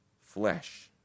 flesh